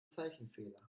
zeichenfehler